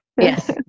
Yes